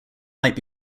might